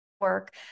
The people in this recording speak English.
work